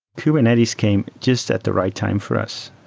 kubernetes came just at the right time for us,